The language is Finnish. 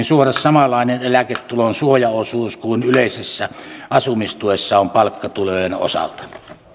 suoda samanlainen eläketulon suojaosuus kuin yleisessä asumistuessa on palkkatulojen osalta